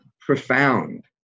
profound